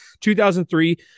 2003